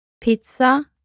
Pizza